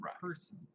person